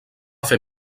fer